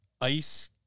ice